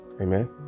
amen